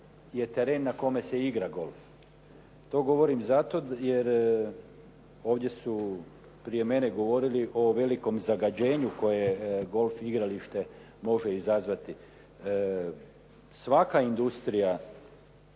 je teren na kome se igra golf. To govorim zato jer ovdje su prije mene govorili o velikom zagađenju koje golf igralište može izazvati. Svaka industrija